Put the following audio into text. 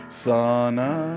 sana